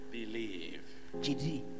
Believe